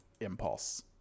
Impulse